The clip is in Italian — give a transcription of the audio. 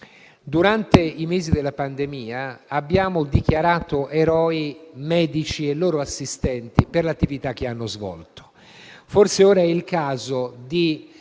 durante i mesi della pandemia abbiamo dichiarato eroi i medici e i loro assistenti per l'attività che hanno svolto. Forse ora è il caso di